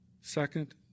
Second